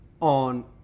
on